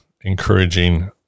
encouraging